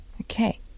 Okay